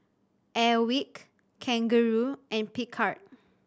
Airwick Kangaroo and Picard